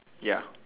ya